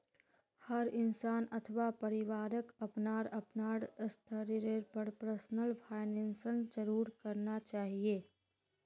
हर इंसान अथवा परिवारक अपनार अपनार स्तरेर पर पर्सनल फाइनैन्स जरूर करना चाहिए